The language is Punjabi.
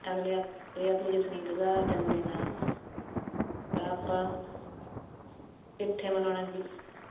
ਅਗਲੇ ਹਫਤੇ ਆਪਣੀ ਜਸਮੀਤ ਦਾ ਜਨਮ ਦਿਨ ਆ ਤਾਂ ਆਪਾਂ ਕਿੱਥੇ ਮਨਾਉਣਾ ਜੀ